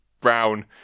Brown